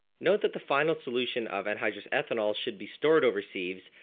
note that the final solution of anhydrous ethanol should be stored over sieves,